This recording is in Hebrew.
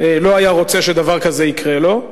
לא היה רוצה שדבר כזה יקרה לו.